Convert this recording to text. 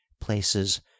places